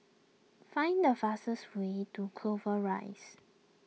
find the fastest way to Clover Rise